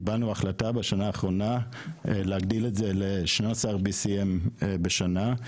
קיבלנו החלטה בשנה האחרונה להגדיל את זה ל-BCM12 בשנה.